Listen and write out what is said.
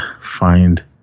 find